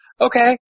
Okay